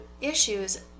issues